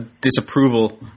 disapproval